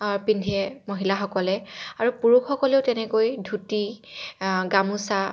পিন্ধে মহিলাসকলে আৰু পুৰুষসকলেও তেনেকৈ ধুতি গামোচা